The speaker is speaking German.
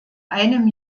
einem